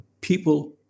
people